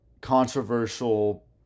controversial